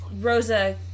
Rosa